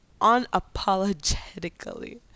unapologetically